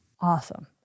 Awesome